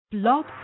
Blog